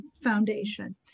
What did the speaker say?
foundation